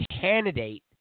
candidate